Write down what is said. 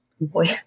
Boy